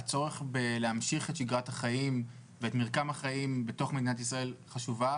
הצורך להמשיך את שגרת החיים ואת מרקם החיים במדינת ישראל חשוב.